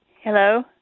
Hello